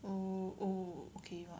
oh oh okay